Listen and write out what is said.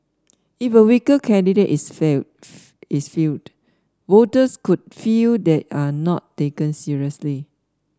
if a weaker candidate is fell is fielded voters could feel they are not taken seriously